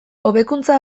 hobekuntza